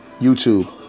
YouTube